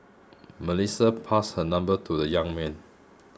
Melissa passed her number to the young man